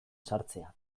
sartzea